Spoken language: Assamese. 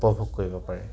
উপভোগ কৰিব পাৰে